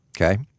Okay